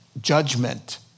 judgment